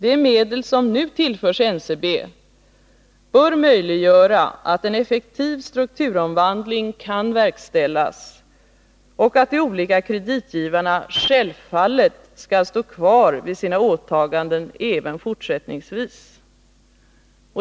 De medel som nu tillförs NCB bör möjliggöra att en effektiv strukturomvandling kan verkställas och att de olika kreditgivarna kan stå kvar vid sina åtaganden även fortsättningsvis.